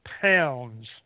pounds